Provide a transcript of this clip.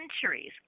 centuries